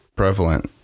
prevalent